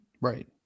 Right